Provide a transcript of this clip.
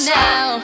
now